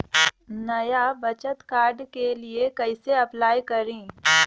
नया बचत कार्ड के लिए कइसे अपलाई करी?